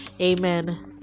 Amen